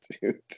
dude